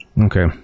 Okay